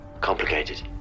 Complicated